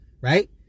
right